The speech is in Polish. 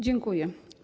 Dziękuję.